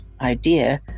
idea